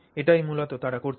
এটাই মূলত তারা করছে